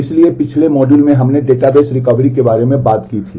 इसलिए पिछले मॉड्यूल में हमने डेटाबेस रिकवरी के बारे में बात की थी